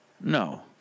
No